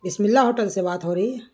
بسم اللہ ہوٹل سے بات ہو رہی ہے